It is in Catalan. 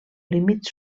límit